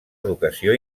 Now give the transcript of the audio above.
educació